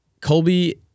Colby